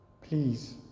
Please